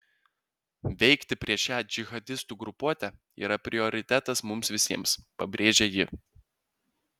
veikti prieš šią džihadistų grupuotę yra prioritetas mums visiems pabrėžė ji